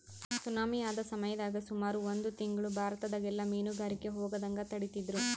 tsunami ಆದ ಸಮಯದಾಗ ಸುಮಾರು ಒಂದು ತಿಂಗ್ಳು ಭಾರತದಗೆಲ್ಲ ಮೀನುಗಾರಿಕೆಗೆ ಹೋಗದಂಗ ತಡೆದಿದ್ರು